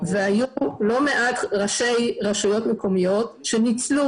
היו לא מעט ראשי רשויות מקומיות שניצלו